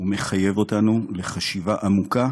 ומחייב אותנו לחשיבה עמוקה